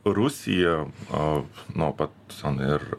rusija o nuo pat ten ir